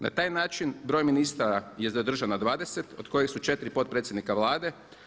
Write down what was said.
Na taj način broj ministara je zadržan na 20 od kojih su 4 potpredsjednika Vlade.